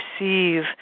receive